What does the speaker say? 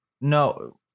no